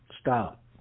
Stop